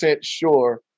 sure